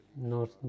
North